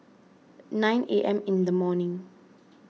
nine A M in the morning